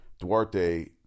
Duarte